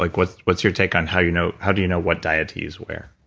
like what's what's your take on, how you know how do you know what diet to use where?